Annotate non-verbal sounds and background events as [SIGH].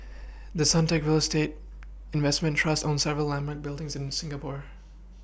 [NOISE] the Suntec real estate investment trust owns several landmark buildings in Singapore